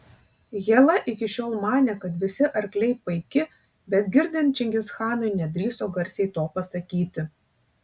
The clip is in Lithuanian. hela iki šiol manė kad visi arkliai paiki bet girdint čingischanui nedrįso garsiai to pasakyti